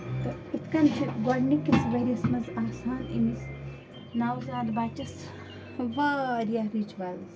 تہٕ یِتھ کَن چھِ گۄڈٕنِکِس ؤرِیَس منٛز آسان أمِس نَوزاد بَچَس واریاہ رِچوَلٕس